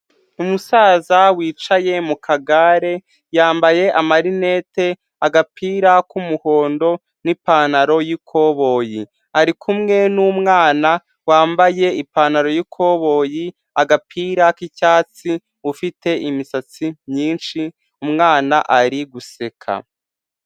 Umusaza wicaye mu kagare, yambaye amarinete, agapira k'umuhondo, n'ipantaro y'ikoboyi. Ari kumwe n'umwana wambaye ipantaro y'ikoboyi, agapira k'icyatsi, ufite imisatsi myinshi, umwana ari guseka.